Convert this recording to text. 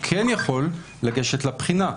הוא כן יכול לגשת לבחינה.